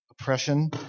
oppression